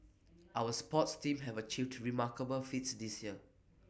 our sports teams have achieved remarkable feats this year